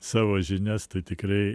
savo žinias tai tikrai